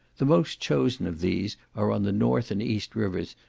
the most chosen of these are on the north and east rivers,